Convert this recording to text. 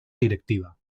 directiva